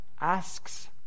asks